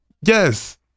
Yes